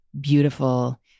beautiful